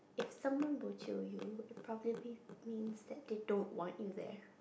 if someone bo-jio you it probably means means they don't want you there